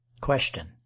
Question